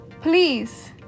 please